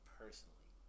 personally